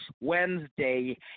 Wednesday